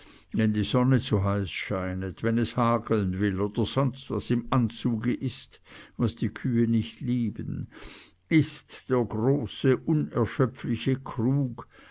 wenn die sonne zu heiß scheinet wenn es hageln will oder sonst was im anzuge ist was die kühe nicht lieben ist der große unerschöpfliche krug